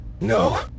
No